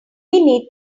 need